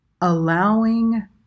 allowing